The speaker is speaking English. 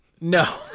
No